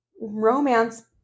romance